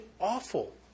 awful